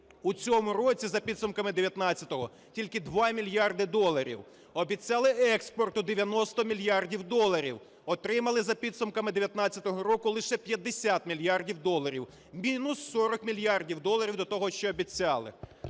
у цьому році, за підсумками 19-го, тільки 2 мільярди доларів; обіцяли експорт у 90 мільярдів доларів – отримали за підсумками 2019 року лише 50 мільярдів доларів (мінус 40 мільярдів доларів до того, що обіцяли).